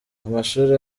amashuri